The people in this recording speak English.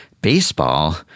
baseball